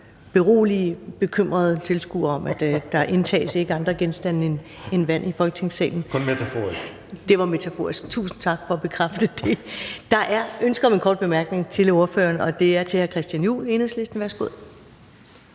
berolige bekymrede tilskuere om, at der ikke indtages andre genstande end vand i Folketingssalen. (Alex Ahrendtsen (DF): Kun metaforisk.) Det var metaforisk. Tusind tak for at bekræfte det. Der er ønske om en kort bemærkning til ordføreren, og den er fra hr. Christian Juhl, Enhedslisten. Værsgo.